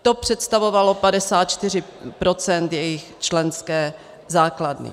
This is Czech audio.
To představovalo 54 % jejich členské základny.